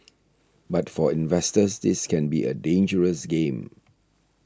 but for investors this can be a dangerous game